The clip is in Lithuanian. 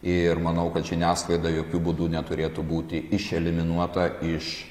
ir manau kad žiniasklaida jokiu būdu neturėtų būti išeliminuota iš